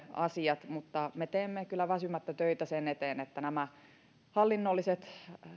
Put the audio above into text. asiat mutta me teemme kyllä väsymättä töitä sen eteen että nämä hallinnolliset